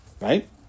Right